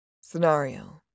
Scenario